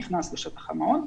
נכנס לשטח המעון,